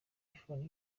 iphone